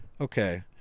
okay